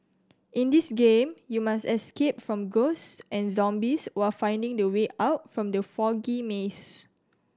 in this game you must escape from ghost and zombies while finding the way out from the foggy maze